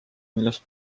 millest